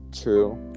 True